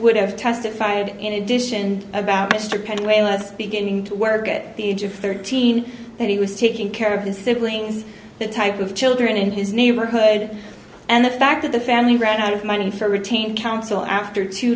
would have testified in addition about mr penn way was beginning to work at the age of thirteen that he was taking care of his siblings the type of children in his neighborhood and the fact that the family ran out of money for retained counsel after two